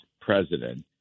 president